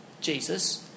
Jesus